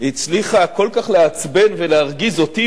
היא הצליחה כל כך לעצבן ולהרגיז אותי,